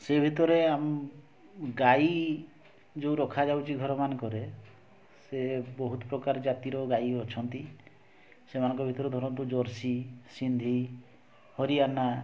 ସେଇ ଭିତରେ ଆମ ଗାଈ ଯେଉଁ ରଖାଯାଉଛି ଘର ମାନଙ୍କରେ ସେ ବହୁତ ପ୍ରକାର ଜାତିର ଗାଈ ଅଛନ୍ତି ସେମାନଙ୍କ ଭିତରୁ ଧରନ୍ତୁ ଜର୍ସି ସିନ୍ଧି ହରିୟାନା